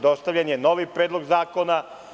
Dostavljen je novi predlog zakona.